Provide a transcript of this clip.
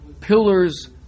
pillars